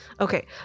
Okay